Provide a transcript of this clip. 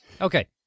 Okay